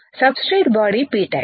substrate body P type